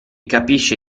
capisce